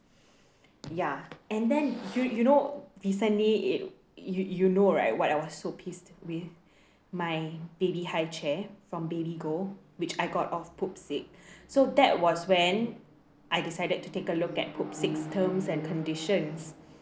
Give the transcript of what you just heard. ya and then you you know recently it you you know right what I was so pissed with my baby high chair from baby go which I got off Pupsik so that was when I decided to take a look at Pupsik's terms and conditions